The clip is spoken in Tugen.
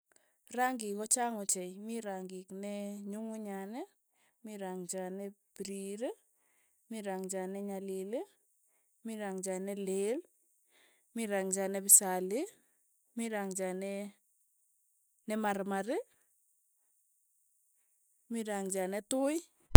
Rangik ko chang ochei, mi rangik ne nyungunyan, mi rangchiat ne pirir, mi rangchiat ne nyalil, mi rangchiat ne leel, mi rangchiat ne pisali, mi rangchiat ne nemarmar, mi rangchia ne tui.